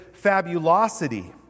fabulosity